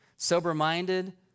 Sober-minded